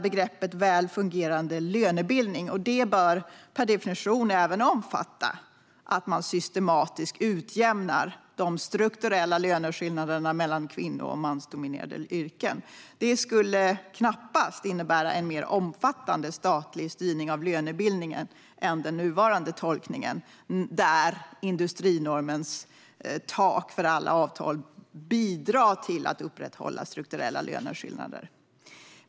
Begreppet "väl fungerande lönebildning" bör per definition även omfatta att man systematiskt utjämnar de strukturella löneskillnaderna mellan kvinno och mansdominerade yrken. Det skulle knappast innebära en mer omfattande statlig styrning av lönebildningen än den nuvarande tolkningen, där industrinormens tak för alla avtal bidrar till att upprätthålla strukturella löneskillnader.